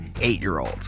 eight-year-old